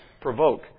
provoke